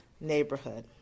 neighborhood